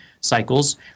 cycles